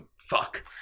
Fuck